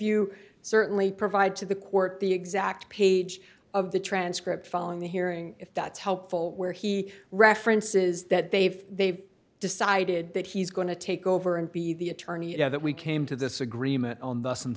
you certainly provide to the court the exact page of the transcript following the hearing if that's helpful where he references that they've they've decided that he's going to take over and be the attorney you know that we came to this agreement on